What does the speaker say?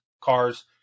cars